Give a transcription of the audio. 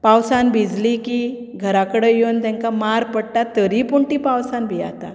पावसान भिजलीं की घरा कडेन येवन तेंकां मार पडटा तरी पूण तीं पावसान भियाता